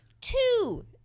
two